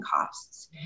costs